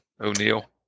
O'Neill